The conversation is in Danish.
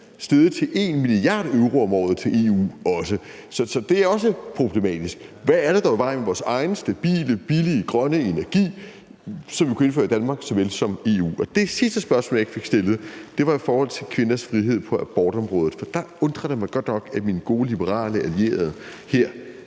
steget til 1 mia. euro om året til EU også, så det er også problematisk. Hvad er der dog i vejen med vores egen stabile, billige grønne energi, som vi kan indføre i Danmark såvel som EU? Det sidste spørgsmål, jeg ikke fik stillet, er i forhold til kvinders frihed på abortområdet. For der undrer det mig godt nok, at min gode liberale allierede